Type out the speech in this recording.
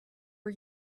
are